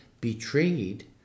betrayed